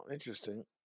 Interesting